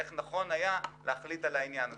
איך נכון היה להחליט על העניין הזה.